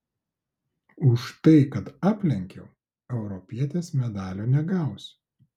už tai kad aplenkiau europietes medalio negausiu